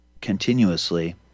Continuously